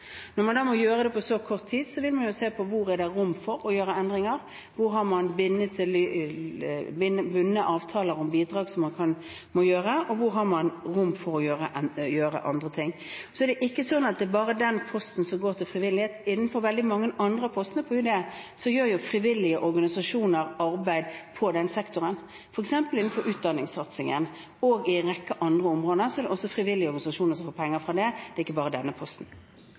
Når man da må gjøre dette på så kort tid, vil man se etter hvor det er rom for å gjøre endringer, hvor har man bindende avtaler om bidrag som man må gjennomføre, og hvor har man rom for å gjøre andre ting. Det er ikke bare den posten som går til frivillighet. Innenfor veldig mange andre av postene på budsjettet til Utenriksdepartementet gjør frivillige organisasjoner arbeid i denne sektoren, f.eks. innenfor utdanningssatsingen. På en rekke andre områder er det også frivillige organisasjoner som får penger fra disse postene. Det er ikke bare fra denne posten.